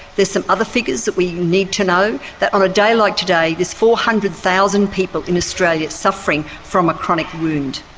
there is some other figures that we need to know, that on a day like today there is four hundred thousand people in australia suffering from a chronic wound.